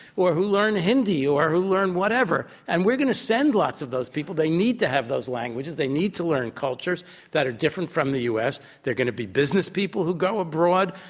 or who learn hindi or who learn whatever. and we're going to send lots of those people. they need to have those languages. they need to learn cultures that are different from the u. s. they're going to be business people who go abroad.